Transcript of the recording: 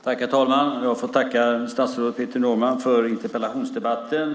Herr talman! Jag tackar statsrådet Peter Norman för interpellationsdebatten.